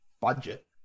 budget